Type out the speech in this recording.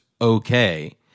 okay